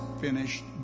finished